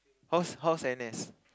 how's how's N_S